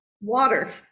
water